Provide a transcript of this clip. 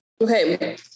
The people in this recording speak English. Okay